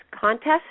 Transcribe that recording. contest